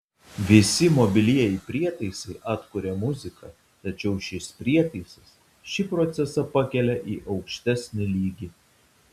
visi mobilieji prietaisai atkuria muziką tačiau šis prietaisas šį procesą pakelia į aukštesnį lygį